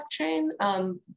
blockchain